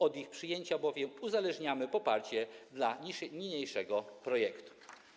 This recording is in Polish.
Od ich przyjęcia bowiem uzależniamy poparcie dla niniejszego projektu.